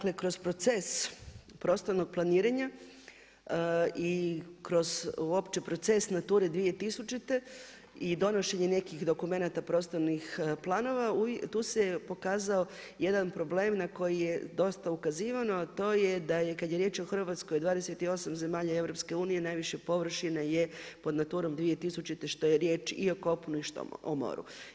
Zaista kroz proces prostornog planiranja i kroz uopće proces Nature 2000 i donošenje nekih dokumenata prostornih planova, tu se pokazao jedan problem na koji je dosta ukazivano, a to je da kada je riječ o Hrvatskoj i 28 zemalja EU najviše površine je pod Naturom 2000 što je riječ i o kopnu i o moru.